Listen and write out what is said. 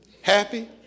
Happy